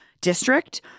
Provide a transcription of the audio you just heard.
district